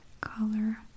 color